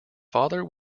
father